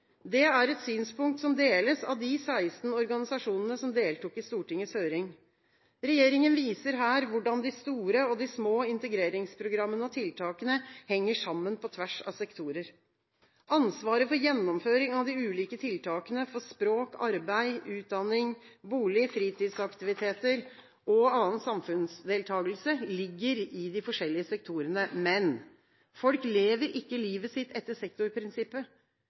Det er et synspunkt som deles av de 16 organisasjonene som deltok i Stortingets høring. Regjeringen viser her hvordan de store og de små integreringsprogrammene og -tiltakene henger sammen på tvers av sektorer. Ansvaret for gjennomføring av de ulike tiltakene for språk, arbeid, utdanning, bolig, fritidsaktiviteter og annen samfunnsdeltakelse ligger i de forskjellige sektorene, men folk lever ikke livet sitt etter sektorprinsippet.